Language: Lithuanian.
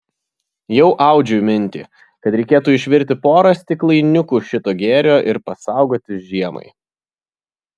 jau audžiu mintį kad reikėtų išvirti porą stiklainiukų šito gėrio ir pasaugoti žiemai